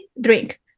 drink